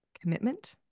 commitment